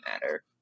matter